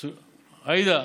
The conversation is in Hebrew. עאידה,